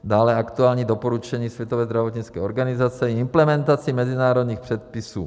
Dále aktuální doporučení Světové zdravotnické organizace, implementaci mezinárodních předpisů.